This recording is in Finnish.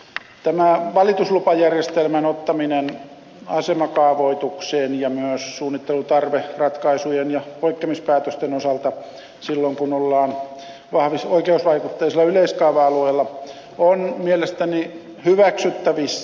tämä valituslupajärjestelmän ottaminen asemakaavoitukseen myös suunnittelutarveratkaisujen ja poikkeamispäätösten osalta silloin kun ollaan oikeusvaikutteisella yleiskaava alueella on mielestäni hyväksyttävissä